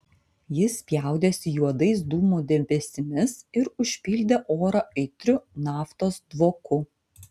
jis spjaudėsi juodais dūmų debesimis ir užpildė orą aitriu naftos dvoku